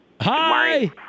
Hi